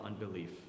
Unbelief